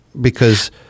because-